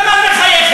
למה את מחייכת?